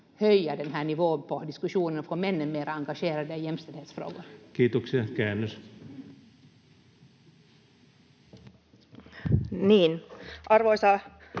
Kiitoksia. — Käännös.